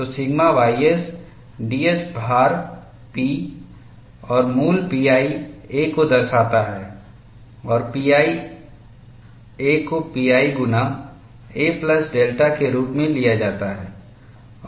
तो sigma ys ds भार P और मूल pi a को दर्शाता है और pi a को pi गुना a प्लस डेल्टा के रूप में लिया जाता है